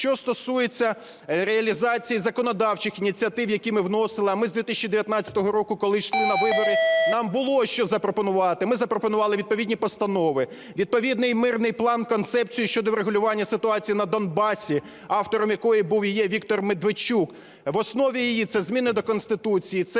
що стосується реалізації законодавчих ініціатив, які ми вносили, а ми з 2019 року, коли йшли на вибори, нам було що запропонувати. Ми запропонували відповідні постанови, відповідний мирний план-концепцію щодо врегулювання ситуації на Донбасі, автором якої був і є Віктор Медведчук. В основі її це зміни до Конституції, це